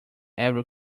every